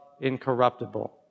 incorruptible